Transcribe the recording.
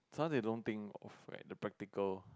now they don't think of like the practical